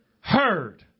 heard